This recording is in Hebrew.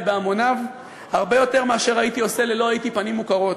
בהמוניו הרבה יותר מאשר הייתי עושה לולא הייתי פנים מוכרות.